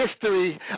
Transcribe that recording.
history